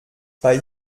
bei